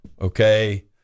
Okay